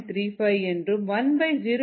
35 10